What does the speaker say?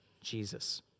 Jesus